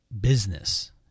business